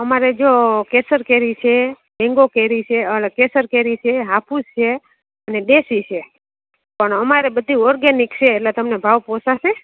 અમારે જો કેસર કેરી છે મેંગો કેરી છે ઓલા કેસર કેરી છે હાફૂસ છે અને દેશી છે પણ અમારે બધી ઓર્ગેનિક છે એટલે તમને ભાવ પોસાશે